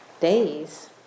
days